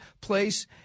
place